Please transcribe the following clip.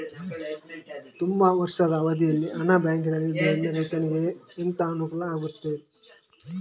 ತುಂಬಾ ವರ್ಷದ ಅವಧಿಯಲ್ಲಿ ಹಣ ಬ್ಯಾಂಕಿನಲ್ಲಿ ಇಡುವುದರಿಂದ ರೈತನಿಗೆ ಎಂತ ಅನುಕೂಲ ಆಗ್ತದೆ?